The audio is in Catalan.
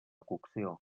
cocció